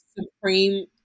supreme